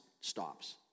stops